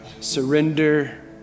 surrender